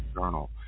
Journal